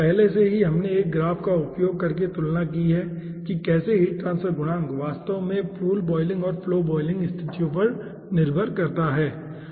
पहले से ही हमने एक ग्राफ का उपयोग करके तुलना की है कि कैसे हीट ट्रांसफर गुणांक वास्तव में पूल बॉयलिंग और फ्लो वॉल्यूम स्थितियों पर निर्भर है